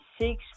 six